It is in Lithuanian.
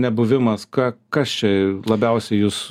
nebuvimas ką kas čia labiausiai jus